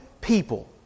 people